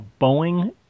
Boeing